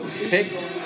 picked